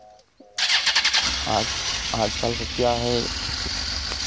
आज आजकल का क्या है